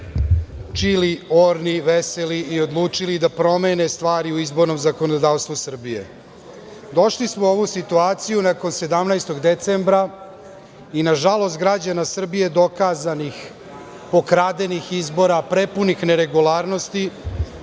čili, orni, veseli i odlučili da promene stvari u izbornom zakonodavstvu Srbije. Došli smo u ovu situaciju nakon 17. decembra i nažalost građana Srbije dokazanih pokradenih izbora, prepunih neregularnosti,